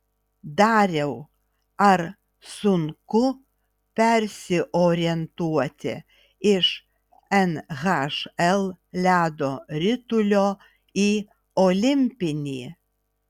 dariau ar sunku persiorientuoti iš nhl ledo ritulio į olimpinį